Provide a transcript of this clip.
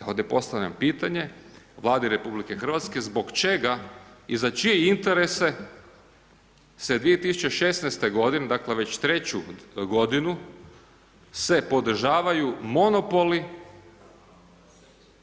Ja ovdje postavljam pitanje Vladi RH zbog čega i za čije interese se 2016. godine, dakle već 3.-ću godinu se podržavaju monopoli